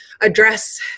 address